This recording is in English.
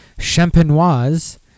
Champenoise